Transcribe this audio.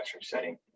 setting